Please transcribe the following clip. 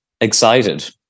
excited